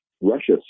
Russia